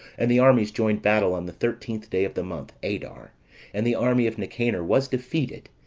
and the armies joined battle on the thirteenth day of the month, adar and the army of nicanor was defeated,